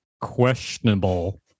questionable